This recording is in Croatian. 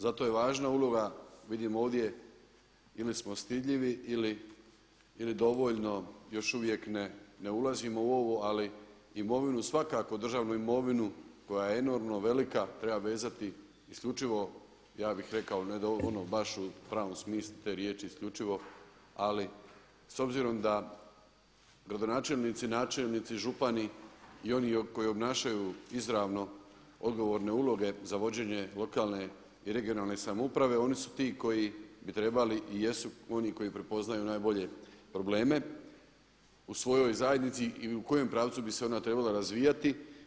Zato je važna uloga vidimo ovdje ili smo stidljivi ili dovoljno još uvijek ne ulazimo u ovo ali imovinu svakako, državnu imovinu koja je enormno velika treba vezati isključivo ja bih rekao, ono baš u pravom smislu te riječi isključivo, ali s obzirom da gradonačelnici, načelnici, župani i oni koji obnašaju izravno odgovorne uloge za vođenje lokalne i regionalne samouprave oni su ti koji bi trebali i jesu oni koji prepoznaju najbolje probleme u svojoj zajednici i u kojem pravcu bi se ona trebala razvijati.